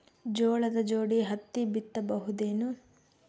ಜೋಳದ ಜೋಡಿ ಹತ್ತಿ ಬಿತ್ತ ಬಹುದೇನು?